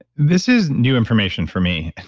this is new information for me.